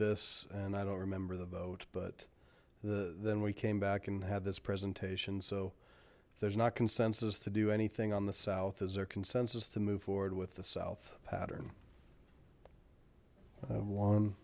this and i don't remember the vote but the then we came back and had this presentation so there's not consensus to do anything on the south as their consensus to move forward with the south pattern